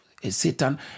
Satan